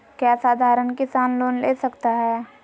क्या साधरण किसान लोन ले सकता है?